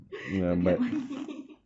to get money